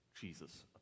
jesus